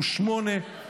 (הוראת שעה),